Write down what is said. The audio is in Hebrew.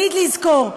ותמיד לזכור: